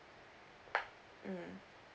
mm